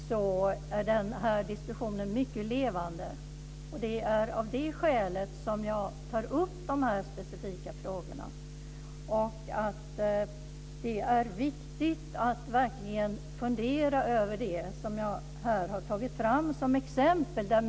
Sedan har vi miljöbalken som faktiskt också - eller framför allt - väldigt kritiskt prövar frågor som har med miljön att göra.